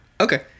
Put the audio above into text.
Okay